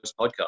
podcast